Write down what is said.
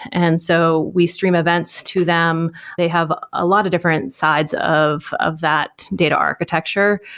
and so we stream events to them. they have a lot of different sides of of that data architecture,